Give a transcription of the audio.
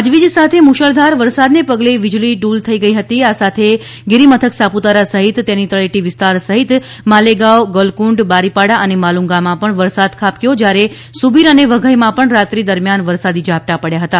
ગાજવીજ સાથે મુશળધાર વરસાદ ને પગલે વીજળી ડૂલ થઈ ગઈ હતી આ સાથે ગિરિમથક સાપુતારા સહિત તેની તળેટી વિસ્તાર સહીત માલેગાંવ ગલકુંડ બારીપાડા અને માલુંગા માં વરસાદ ખાબક્યો હતો જ્યારે સુબીર અને વઘઇ માં પણ રાત્રે દરમિયાન વરસાદી ઝાપટા પડ્યા હતા